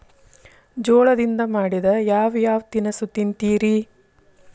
ಜೋಳದಿಂದ ಮಾಡಿದ ಯಾವ್ ಯಾವ್ ತಿನಸು ತಿಂತಿರಿ?